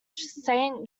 saint